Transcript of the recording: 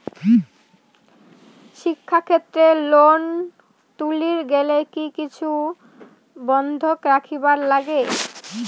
শিক্ষাক্ষেত্রে লোন তুলির গেলে কি কিছু বন্ধক রাখিবার লাগে?